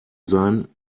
sein